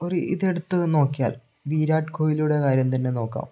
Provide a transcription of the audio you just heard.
ഒരു ഇതെടുത്ത് നോക്കിയാൽ വീരാട് കോഹ്ലിയുടെ കാര്യം തന്നെ നോക്കാം